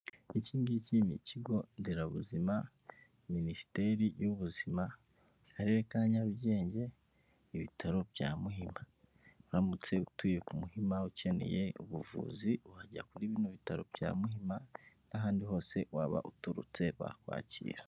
Iki ni ikigo nderabuzima, Minisiteri y'ubuzima, akarere ka Nyarugenge, ibitaro bya Muhima .Uramutse utuye ku Muhima ukeneye ubuvuzi ukajya kuri bino bitaro bya Muhima n'ahandi hose waba uturutse bakwakira.